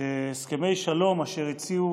שהסכמי שלום אשר הציעו